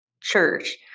church